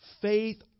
Faith